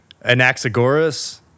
Anaxagoras